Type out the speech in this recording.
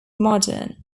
morden